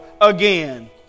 again